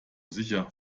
sicher